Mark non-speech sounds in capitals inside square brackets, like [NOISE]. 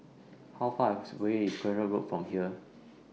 How Far [UNINTELLIGIBLE] away IS Akyab Road from here